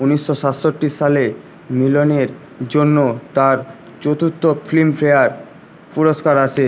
ঊনিশশো সাতষট্টি সালে মিলনের জন্য তার চতুর্থ ফিল্মফেয়ার পুরস্কার আসে